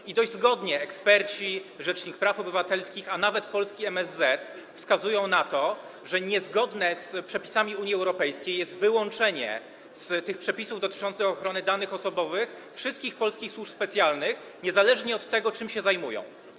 I dość zgodnie eksperci, rzecznik praw obywatelskich, a nawet polski MSZ wskazują na to, że niezgodne z przepisami Unii Europejskiej jest wyłączenie spod działania przepisów dotyczących ochrony danych osobowych wszystkich polskich służb specjalnych, niezależnie od tego, czym się zajmują.